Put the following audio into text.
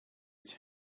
its